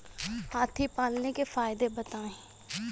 हाथी पालने के फायदे बताए?